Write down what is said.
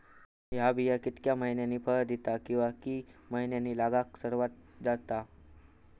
हया बिया कितक्या मैन्यानी फळ दिता कीवा की मैन्यानी लागाक सर्वात जाता?